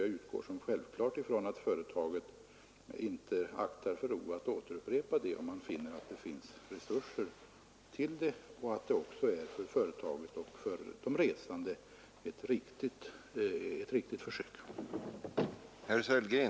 Jag utgår från som självklart att företaget inte drar sig för att upprepa de försök som här gjorts, om man finner att det finns resurser för det.